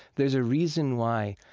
there's a reason why,